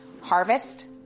Harvest